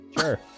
Sure